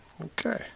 Okay